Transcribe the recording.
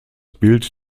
bild